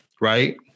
right